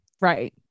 right